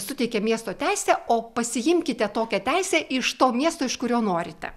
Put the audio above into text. suteikė miesto teisę o pasiimkite tokią teisę iš to miesto iš kurio norite